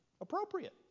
Appropriate